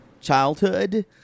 childhood